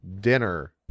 dinner